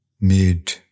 made